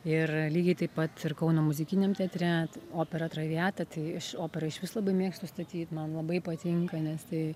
ir lygiai taip pat ir kauno muzikiniam teatre opera traviata tai operą išvis labai mėgstu statyt man labai patinka nes tai